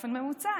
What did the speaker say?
באופן ממוצע,